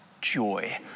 joy